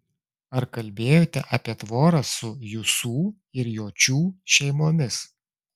ar kalbėjote apie tvorą su jusų ir jočių šeimomis